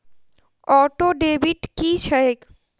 Auto debit की छैक?